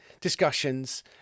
discussions